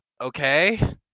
Okay